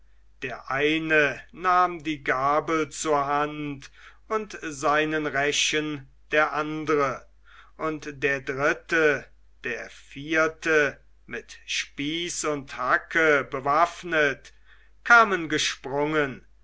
der eine nahm die gabel zur hand und seinen rechen der andre und der dritte der vierte mit spieß und hacke bewaffnet kamen gesprungen